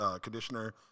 conditioner